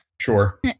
Sure